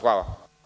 Hvala.